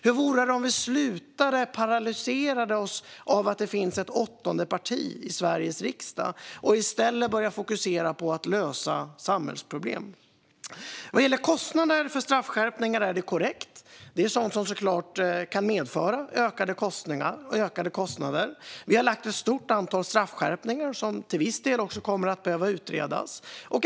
Hur vore det om vi slutade paralyseras av att det finns ett åttonde parti i Sveriges riksdag och i stället började fokusera på att lösa samhällsproblem? Vad gäller kostnader för straffskärpningar är det korrekt: Det är sådant som såklart kan medföra ökade kostnader. Vi har lagt fram ett stort antal straffskärpningar som till viss del kommer att behöva utredas.